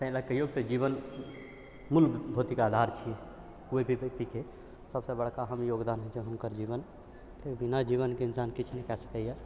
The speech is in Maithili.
ताहिलए कहिऔ जीवन मूल भौतिक आधार छिए कोइ भी व्यक्तिके सबसँ बड़का हम योगदान हुनकर जीवन बिना जीवनके इन्सान किछु नहि कऽ सकैए